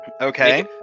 Okay